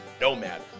nomad